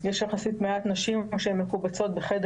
יש יחסית מעט נשים או שהן מקובצות בחדר